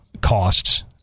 costs